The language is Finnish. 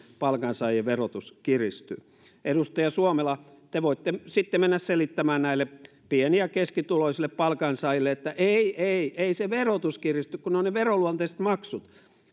palkansaajien verotus kiristyy edustaja suomela te voitte sitten mennä selittämään näille pieni ja keskituloisille palkansaajille että ei ei ei se verotus kiristy kun ne ovat ne veroluonteiset maksut